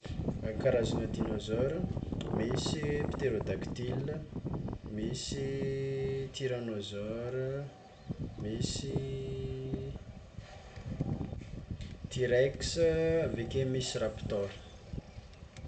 Karazagna dinôzoro misy pterodactyl, misy tyranausor, misy tyrex, aveke misy raptor.